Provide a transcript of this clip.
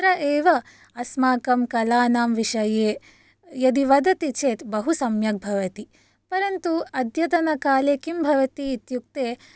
तत्र एव अस्माकं कलानां विषये यदि वदति चेत् बहु सम्यक् भवति परन्तु अद्यतनकाले किं भवति इत्युक्ते